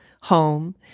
home